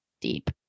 deep